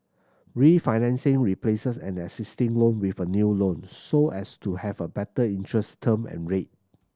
refinancing replaces an existing loan with a new loan so as to have a better interest term and rate